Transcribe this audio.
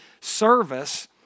service